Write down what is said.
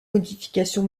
modification